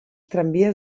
tramvies